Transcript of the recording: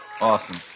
Awesome